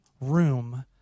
room